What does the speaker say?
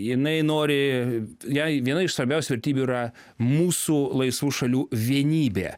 jinai nori jai viena iš svarbiausių vertybių yra mūsų laisvų šalių vienybė